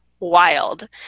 wild